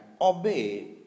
obey